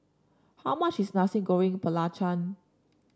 how much is Nasi Goreng Belacan